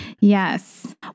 Yes